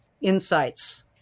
insights